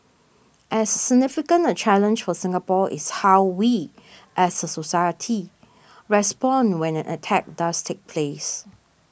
as significant a challenge for Singapore is how we as a society respond when an attack does take place